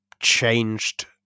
changed